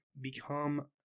become